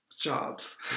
jobs